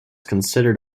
considered